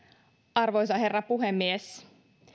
arvoisa herra puhemies